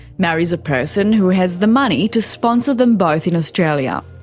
marries a person who has the money to sponsor them both in australia.